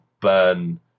burn